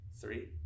three